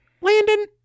Landon